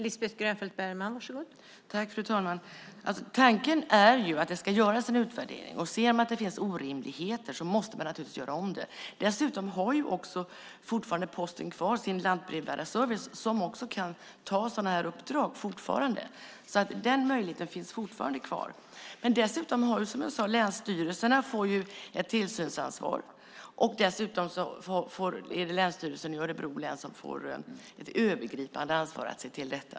Fru talman! Tanken är att det ska göras en utvärdering. Ser man att det finns orimligheter måste man naturligtvis göra om det. Dessutom har posten fortfarande kvar sin lantbrevbärarservice som kan ta sådana här uppdrag. Den möjligheten finns fortfarande kvar. Som jag sade får länsstyrelserna ett tillsynsansvar. Dessutom får Länsstyrelsen i Örebro län ett övergripande ansvar att se till detta.